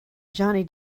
johnny